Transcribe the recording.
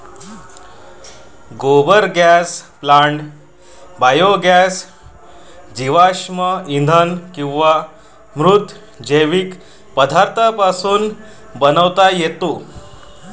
गोबर gas plant biogas जीवाश्म इंधन किंवा मृत जैव पदार्थांपासून बनवता येतो